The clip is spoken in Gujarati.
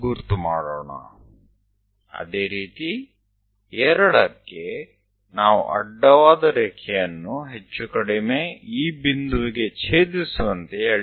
એ જ રીતે 2 પાસે આપણને એ આડી લીટી દોરવાની જરૂર છે તે વતા ઓછા પ્રમાણમાં અહીંયા છેદે છે